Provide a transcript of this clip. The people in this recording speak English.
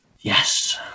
Yes